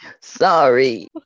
Sorry